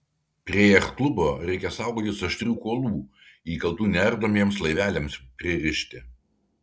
prie jachtklubo reikia saugotis aštrių kuolų įkaltų neardomiems laiveliams pririšti